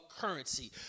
currency